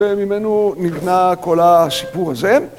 וממנו נבנה כל הסיפור הזה.